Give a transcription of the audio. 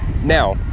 Now